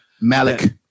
Malik